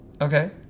okay